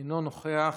אינו נוכח,